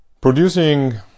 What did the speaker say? Producing